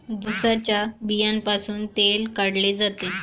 जवसाच्या बियांपासूनही तेल काढले जाते